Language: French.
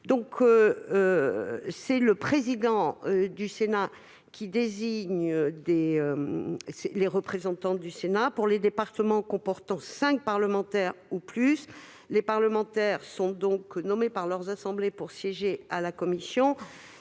C'est le président du Sénat qui désigne les représentants du Sénat pour les départements comportant cinq parlementaires ou plus. Ceux-ci sont donc nommés par leurs assemblées pour siéger à la commission.